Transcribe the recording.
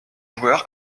joueur